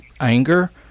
anger